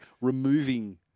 removing